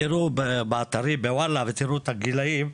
תראו באתרים, בוואלה, תראו הגילאים,